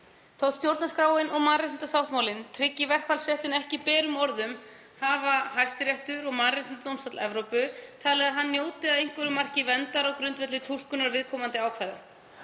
Þótt stjórnarskráin og mannréttindasáttmálinn tryggi verkfallsréttinn ekki berum orðum hafa Hæstiréttur og Mannréttindadómstóll Evrópu talið að hann njóti að einhverju marki verndar á grundvelli túlkunar viðkomandi ákvæða.